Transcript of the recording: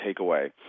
takeaway